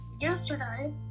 yesterday